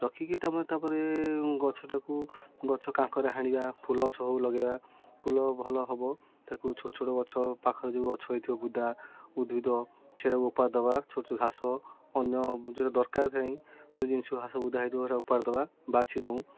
ରଖିକି ତମେ ତାପରେ ଗଛଟାକୁ ଗଛ କାଙ୍କରେ ହାଣିବା ଫୁଲ ଗଛ ହେଉ ଲଗେଇବା ଫୁଲ ଭଲ ହେବ ତାକୁ ଛୋଟ ଛୋଟ ଗଛ ପାଖରେ ଯେଉଁ ଗଛ ହୋଇଥିବ ବୁଦା ଉଦ୍ଭିଦ ସେଟାକୁ ଉପାଡ଼ି ଦେବା ଛୋଟ ଛୋଟ ଘାସ ଅନ୍ୟ ଯେଉଁଟା ଦରକାର ନାଇଁ ଯେଉଁ ଜିନିଷ ଘାସ ବୁଧା ହୋଇଥିବ ସେଇଟା ଉପାଡ଼ି ଦେବା ବାଛି ଦେଉ